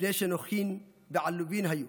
מפני שנוחין ועלובין היו,